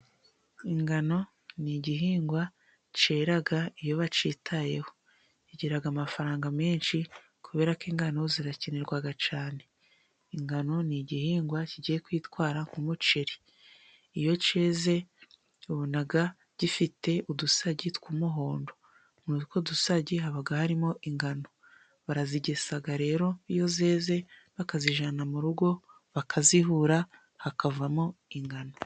Ingano ni igihingwa cyera iyo bacyitayeho. Kigira amafaranga menshi kubera ko ingano zirakenerwa cyane. Ingano ni igihingwa kigiye kwitwara nk'umuceri. Iyo cyeze ubonaga gifite udusagi tw'umuhondo muri utwo dusage haba harimo ingano. Barazigesa rero iyo zeze, bakazijyana mu rugo bakazihura, hakavamo ingano.